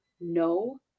no